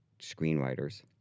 screenwriters